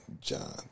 John